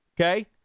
okay